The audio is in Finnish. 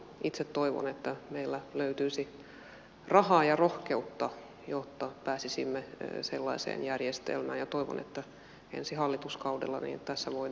itse toivon että meillä löytyisi rahaa ja rohkeutta jotta pääsisimme sellaiseen järjestelmään ja toivon että ensi hallituskaudella tässä voidaan edetä